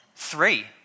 Three